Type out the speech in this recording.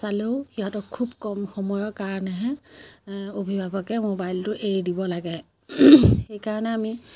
চালেও সিহঁতক খুব কম সময়ৰ কাৰণেহে অভিভাৱকে মোবাইলটো এৰি দিব লাগে সেইকাৰণে আমি